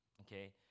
Okay